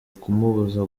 kumubuza